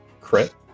crit